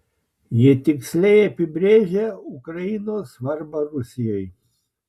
jie tiksliai apibrėžia ukrainos svarbą rusijai